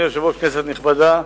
אדוני היושב-ראש, כנסת נכבדה,